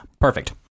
Perfect